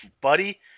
buddy